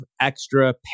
extra